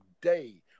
day